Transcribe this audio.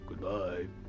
Goodbye